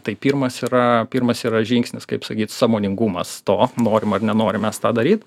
tai pirmas yra pirmas yra žingsnis kaip sakyt sąmoningumas to norim ar nenorim mes tą daryt